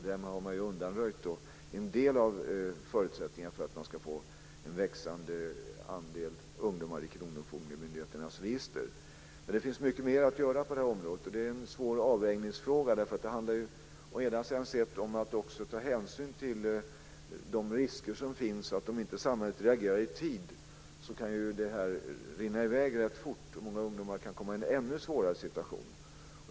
Därmed har en del av riskerna för att få en växande andel ungdomar i kronofogdemyndigheternas register undanröjts. Men det finns mycket mer att göra på det här området. Det är en svår avvägningsfråga. Det handlar om att ta hänsyn till de risker som finns. Om samhället inte reagerar i tid kan ju skulderna dra i väg rätt fort och många ungdomar kan hamna i en ännu svårare situation.